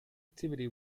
activity